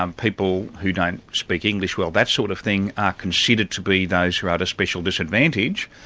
um people who don't speak english well, that sort of thing, are considered to be those who are at a special disadvantage,